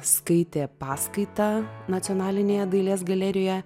skaitė paskaitą nacionalinėje dailės galerijoje